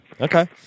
Okay